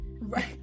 Right